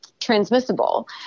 transmissible